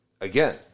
again